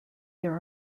there